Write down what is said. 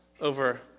over